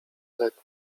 letni